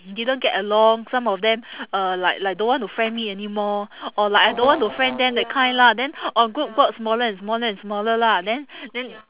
didn't get along some of them uh like like don't want to friend me anymore or like I don't want to friend them that kind lah then our group got smaller and smaller and smaller lah then then